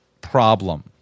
problem